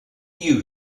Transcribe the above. you